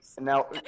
Now